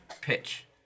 pitch